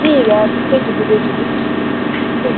ठीक ऐ भेज्जी ओड़गे भेज्जी ओड़गे ठीक